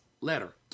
letter